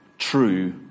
true